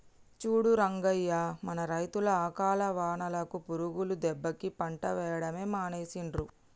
చూడు రంగయ్య మన రైతులు అకాల వానలకు పురుగుల దెబ్బకి పంట వేయడమే మానేసిండ్రు